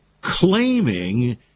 claiming